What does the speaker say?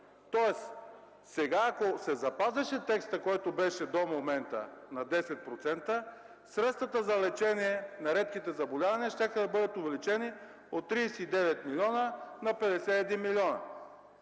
Тоест сега, ако се запазеше текстът, който беше до момента – на 10%, средствата за лечение на редките заболявания щяха да бъдат увеличени от 39 милиона на 51 милиона,